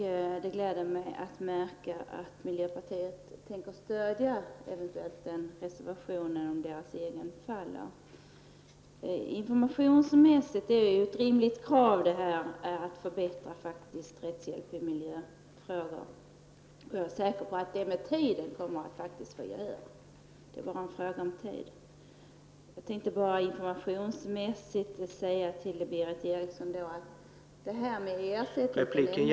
Det gläder mig att miljöpartiet har för avsikt att stödja den reservationen om deras egen reservation faller. Informationsmässigt är det ett rimligt krav att förbättra rättshjälp i miljöfrågor. Jag är säker på att det med tiden kommer att bli så. Informationsmässigt vill jag säga till Berith